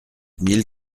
mille